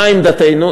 מה עמדתנו?